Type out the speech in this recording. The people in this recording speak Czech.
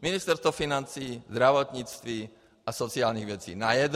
ministerstva financí, zdravotnictví a sociálních věcí najednou.